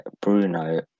Bruno